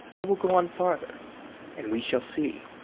i will go on farther and we shall see.